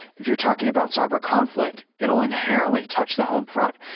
if you're talking about cyber conflict, it will inherently touch the home front.